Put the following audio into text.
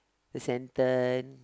the sentence